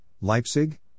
Leipzig